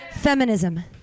Feminism